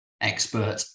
expert